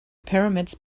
pyramids